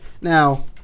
Now